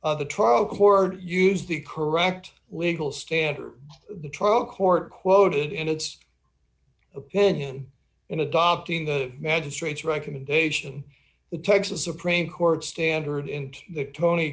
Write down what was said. of the trial court used the correct legal standard the trial court quoted in its opinion in adopting the magistrate's recommendation the texas supreme court's standard